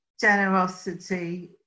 generosity